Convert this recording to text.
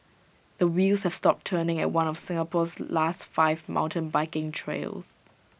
the wheels have stopped turning at one of Singapore's last five mountain biking trails